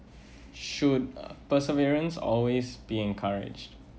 should perseverance always be encouraged